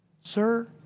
Sir